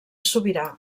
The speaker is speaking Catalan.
sobirà